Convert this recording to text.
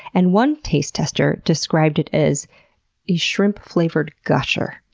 and one taste-tester described it as a shrimp-flavored gusher.